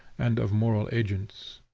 and of moral agents.